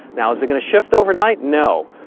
now, is it going to shift overnight? no.